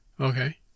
Okay